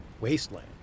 wasteland